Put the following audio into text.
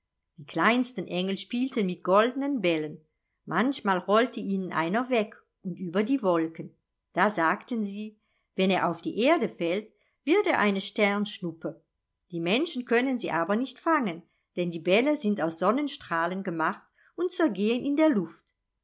die kleinsten engel spielten mit goldnen bällen manchmal rollte ihnen einer weg und über die wolken da sagten sie wenn er auf die erde fällt wird er eine sternschnuppe die menschen können sie aber nicht fangen denn die bälle sind aus sonnenstrahlen gemacht und zergehen in der luft